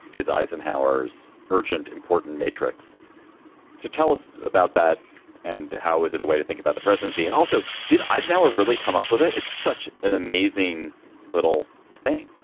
is eisenhower's urgent, important metrics to so tell us about that and how is it a way to think about the presidency? and also, did eisenhower really come up with it? it's such an amazing little thing.